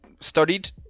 studied